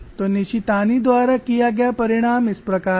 तो निशितानी द्वारा किया गया परिणाम इस प्रकार है